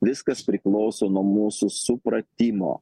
viskas priklauso nuo mūsų supratimo